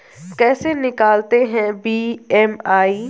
कैसे निकालते हैं बी.एम.आई?